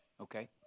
okay